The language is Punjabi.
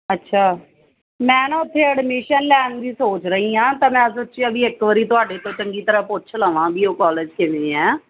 ਅੱਛਾ ਮੈਂ ਨਾ ਉੱਥੇ ਐਡਮਿਸ਼ਨ ਲੈਣ ਦੀ ਸੋਚ ਰਹੀ ਹਾਂ ਤਾਂ ਮੈਂ ਸੋਚਿਆ ਵੀ ਇੱਕ ਵਾਰ ਤੁਹਾਡੇ ਤੋਂ ਚੰਗੀ ਤਰ੍ਹਾਂ ਪੁੱਛ ਲਵਾਂ ਵੀ ਉਹ ਕਾਲਜ ਕਿਵੇਂ ਹੈ